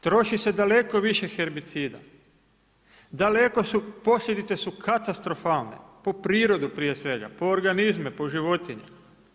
Troši se daleko više herbicida, daleko su posljedice su katastrofalne, po prirodu prije svega, po organizme, po životinje.